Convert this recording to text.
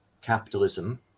capitalism